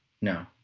no